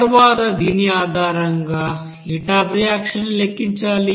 తరువాత దీని ఆధారంగా హీట్ అఫ్ రియాక్షన్ ని లెక్కించాలి